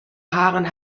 haaren